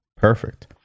perfect